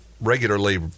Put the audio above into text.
regularly